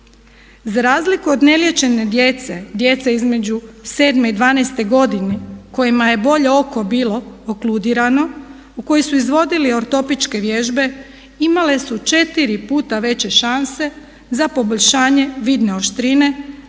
Za razliku od neliječene djece, djece između 7 i 12 godine kojima je bolje oko bilo okulirano, u koje su izvodili ortopičke vježbe imale su 4 puta veće šanse za poboljšanje vidne oštrine